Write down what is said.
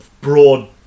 broad